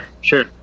sure